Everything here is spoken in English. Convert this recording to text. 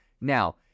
Now